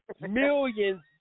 millions